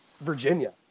Virginia